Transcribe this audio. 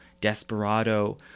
desperado